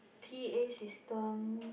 p_a system